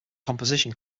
composition